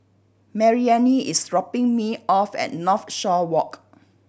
Maryanne is dropping me off at Northshore Walk